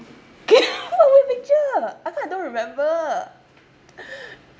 what picture how come I don't remember